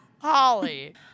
Holly